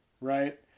right